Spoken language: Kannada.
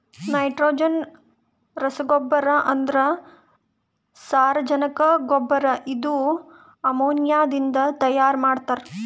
ನೈಟ್ರೋಜನ್ ರಸಗೊಬ್ಬರ ಅಂದ್ರ ಸಾರಜನಕ ಗೊಬ್ಬರ ಇದು ಅಮೋನಿಯಾದಿಂದ ತೈಯಾರ ಮಾಡ್ತಾರ್